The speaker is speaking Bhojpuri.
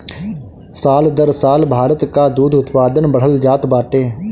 साल दर साल भारत कअ दूध उत्पादन बढ़ल जात बाटे